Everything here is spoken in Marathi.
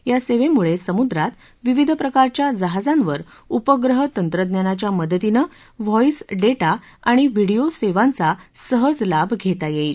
या सेवेमुळे समुद्रात विविध प्रकारच्या जहाजांवर उपग्रह तंत्रज्ञानाच्या मदतीनं व्हॉईस डेटा आणि व्हिडियो सेवांचा सहज लाभ घेता येईल